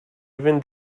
even